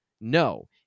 No